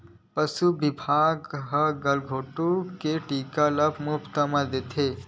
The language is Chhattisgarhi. पसु बिभाग ह गलाघोंट बेमारी के टीका ल मोफत म देथे